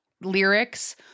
lyrics